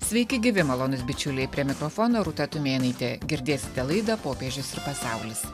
sveiki gyvi malonūs bičiuliai prie mikrofono rūta tumėnaitė girdėsite laidą popiežius ir pasaulis